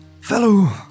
fellow